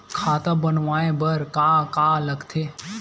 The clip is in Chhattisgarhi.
खाता बनवाय बर का का लगथे?